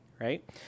right